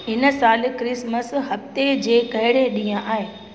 हिन सालु क्रिसमस हफ़्ते जे कहिड़े ॾींहुं आहे